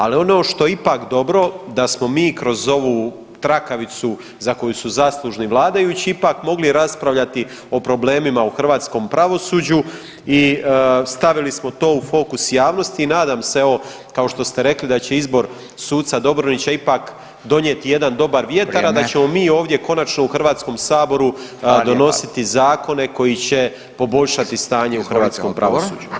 Ali ono što je ipak dobro da smo mi kroz ovu trakavicu za koju su zaslužni vladajući ipak mogli raspravljati o problemima u hrvatskom pravosuđu i stavili smo to u fokus javnosti i nadam se evo kao što ste rekli da će izbor suca Dobronića ipak donijeti jedan dobar vjetar [[Upadica: Vrijeme.]] a da ćemo mi ovdje konačno u Hrvatskom saboru [[Upadica: Hvala lijepa.]] donositi zakone koji će poboljšati stanje u hrvatskom pravosuđu.